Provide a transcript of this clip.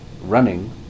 running